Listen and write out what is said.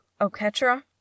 Oketra